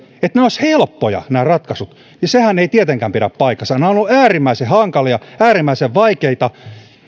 että nämä ratkaisut olisivat helppoja niin sehän ei tietenkään pidä paikkaansa nämä ovat olleet äärimmäisen hankalia äärimmäisen vaikeita